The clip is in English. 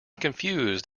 confused